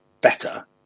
better